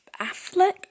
Affleck